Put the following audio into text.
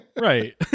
Right